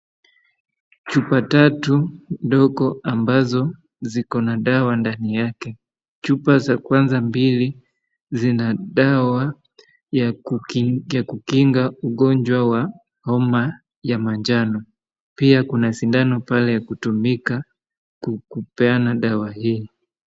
Chupa tatu dogo ambazo ziko na dawa ndani yake, chupa za kwanza mbili zina dawa ya kukinga ugonjwa wa homa ya manjano, pia kuna shindano pale ya kutumika kupeana dawa hii.